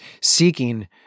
seeking